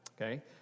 Okay